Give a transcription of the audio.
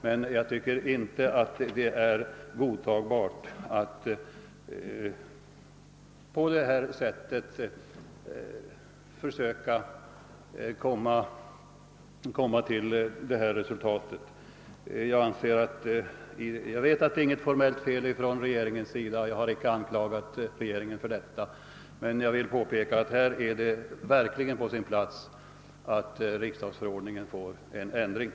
Men jag tycker inte att det resultat regeringen kommit till är godtagbart. Jag vet att regeringen inte begått något formellt fel och har heller inte anklagat regeringen därför, men jag vill påpeka att det här verkligen är på sin plats att riksdagsordningen ändras.